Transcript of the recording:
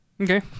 Okay